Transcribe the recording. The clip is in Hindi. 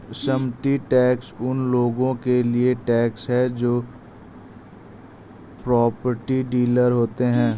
संपत्ति टैक्स उन लोगों के लिए टैक्स है जो प्रॉपर्टी डीलर होते हैं